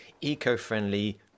eco-friendly